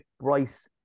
Bryce